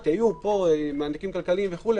היו מענקים כלכליים וכולי,